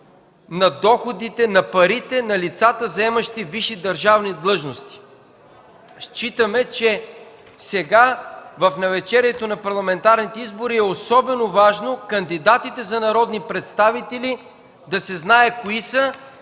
на доходите, на парите на лицата, заемащи висши държавни длъжности. Считаме, че сега, в навечерието на парламентарните избори, е особено важно кандидатите за народни представители да се знае кои са,